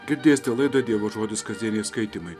girdėsite laidą dievo žodis kasdieniai skaitymai